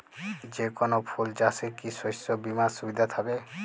যেকোন ফুল চাষে কি শস্য বিমার সুবিধা থাকে?